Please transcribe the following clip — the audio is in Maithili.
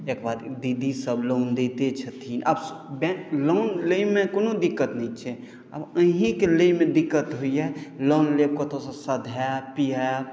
तकर बाद दीदी सभ लोन दैते छथिन आब बैंक लोन लैमे कोनो दिक्कत नहि छै आब अहीँकेँ लै मे दिक्कत होइए लोन लेब कतयसँ सधायब पिहायब